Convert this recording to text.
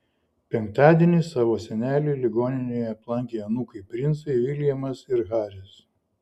penktadienį savo senelį ligoninėje aplankė anūkai princai viljamas ir haris